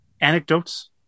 anecdotes